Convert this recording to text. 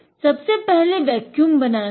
सबसे पहले वेक्यूम बनाना है